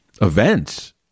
Events